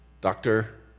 doctor